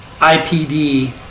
IPD